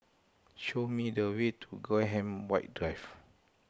show me the way to Graham White Drive